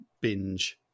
binge